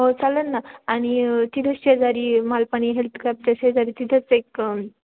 हो चालेल ना आणि तिथे शेजारी मालपाणी हेल्थ क्लबच्या शेजारी तिथंच एक